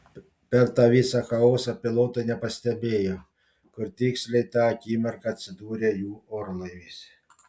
per tą visą chaosą pilotai nepastebėjo kur tiksliai tą akimirką atsidūrė jų orlaivis